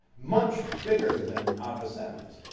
much bigger than avicenna's.